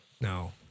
No